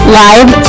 live